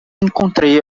encontrei